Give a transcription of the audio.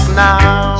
now